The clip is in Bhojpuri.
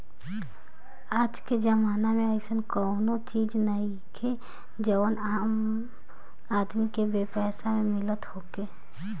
आजके जमाना में अइसन कवनो चीज नइखे जवन आम आदमी के बेपैसा में मिलत होखे